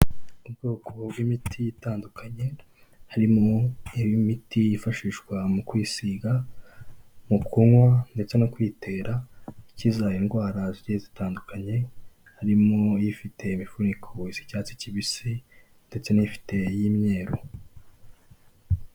Ubwoko bw'imiti itandukanye harimo imiti yifashishwa mu kwisiga, mu kunywa ndetse no kwitera, ikiza indwara zitandukanye harimo ifite imifuniko isa icyatsi kibisi ndetse n'ifite iy'imyeru.